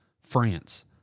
France –